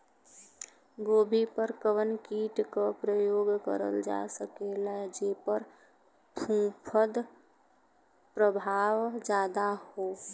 गोभी पर कवन कीट क प्रयोग करल जा सकेला जेपर फूंफद प्रभाव ज्यादा हो?